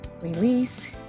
release